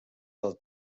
del